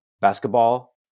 basketball